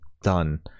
done